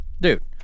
Dude